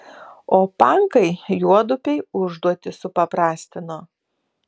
o pankai juodupei užduotį supaprastino